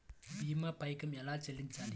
భీమా పైకం ఎలా చెల్లించాలి?